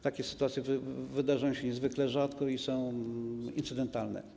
Takie sytuacje wydarzają się niezwykle rzadko i są incydentalne.